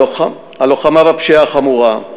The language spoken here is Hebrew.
הלוחמה בפשיעה החמורה היא